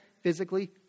physically